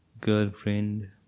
girlfriend